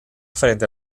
frente